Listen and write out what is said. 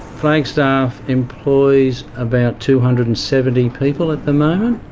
flagstaff employs about two hundred and seventy people at the moment,